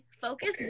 focus